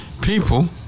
People